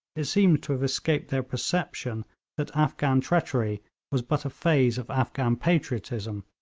it seems to have escaped their perception that afghan treachery was but a phase of afghan patriotism,